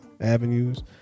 avenues